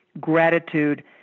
gratitude